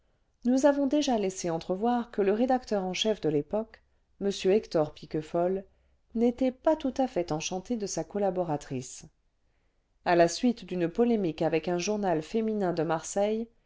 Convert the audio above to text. nous avons déjà laissé entrevoir que le rédacteur en chef de yep oque m hector piquefol n'était pas tout à fait enchanté de sa collaboratrice à la suite d'une polémique avec un journal féminin de marseille